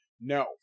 No